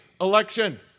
Election